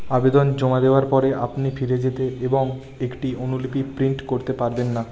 আবেদন জমা দেওয়ার পরে আপনি ফিরে যেতে এবং একটি অনুলিপি প্রিন্ট করতে পারবেন না